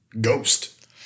Ghost